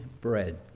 bread